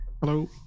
Hello